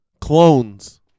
clones